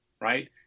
right